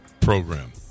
program